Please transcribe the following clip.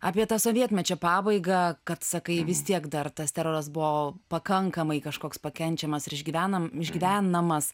apie tą sovietmečio pabaigą kad sakai vis tiek dar tas teroras buvo pakankamai kažkoks pakenčiamas ir išgyvenam išgyvenamas